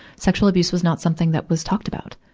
sexual abuse was not something that was talked about.